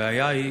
הבעיה היא,